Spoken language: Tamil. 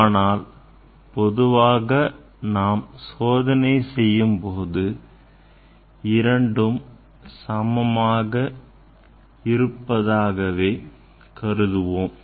ஆனால் பொதுவாக நாம் சோதனை செய்யும்போது இரண்டும் சமமாக இருப்பதாகவே கருதுவோம்